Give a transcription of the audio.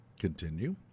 continue